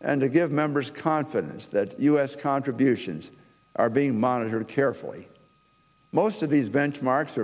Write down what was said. and to give members confidence that u s contributions are being monitored carefully most of these benchmarks are